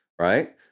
right